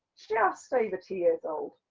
just over two years old.